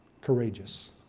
courageous